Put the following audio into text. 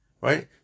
Right